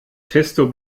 testo